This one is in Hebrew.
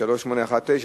3819,